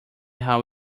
how